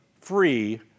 free